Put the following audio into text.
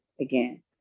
again